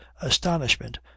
astonishment